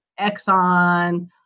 exxon